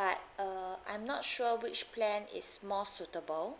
but uh I'm not sure which plan is more suitable